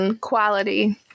quality